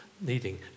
needing